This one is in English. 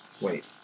Wait